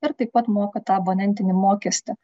ir taip pat moka tą abonentinį mokestį